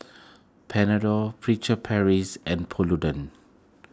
Panadol Furtere Paris and Polident